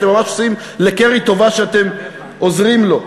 אתם ממש עושים לקרי טובה שאתם עוזרים לו.